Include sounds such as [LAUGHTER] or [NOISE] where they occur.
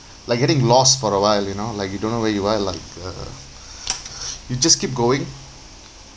like getting lost for awhile you know like you don't know where you are like uh [BREATH] you just keep going